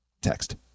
Text